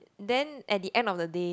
then at the end of the day